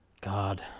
God